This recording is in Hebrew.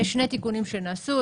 תיקונים שנעשו.